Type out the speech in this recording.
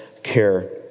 care